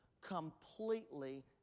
completely